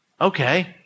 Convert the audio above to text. Okay